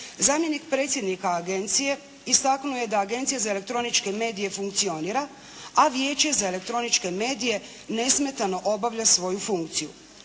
zamjenik predsjednika agencije istaknuo je da Agencija za elektroničke medije funkcionira, a Vijeće za elektroničke medije nesmetano obavlja svoju funkciju.